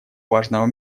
важного